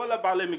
כל בעלי המקצוע.